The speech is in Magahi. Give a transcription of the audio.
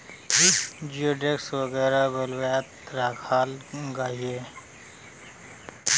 जिओडेक्स वगैरह बेल्वियात राखाल गहिये